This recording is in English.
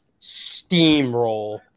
steamroll